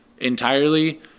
entirely